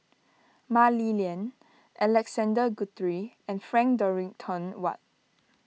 Mah Li Lian Alexander Guthrie and Frank Dorrington Ward